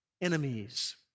enemies